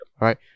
Right